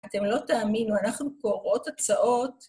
אתם לא תאמינו, אנחנו קוראות הצעות.